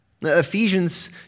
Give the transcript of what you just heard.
Ephesians